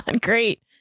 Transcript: Great